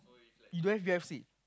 you don't have U_F_C